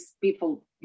people